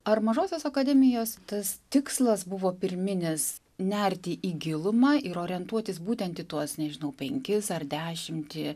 ar mažosios akademijos tas tikslas buvo pirminis nerti į gilumą ir orientuotis būtent į tuos nežinau penkis ar dešimtį